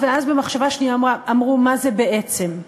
ואם התנאי הזה לא מתקיים, אדוני היושב-ראש,